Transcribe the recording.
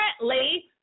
currently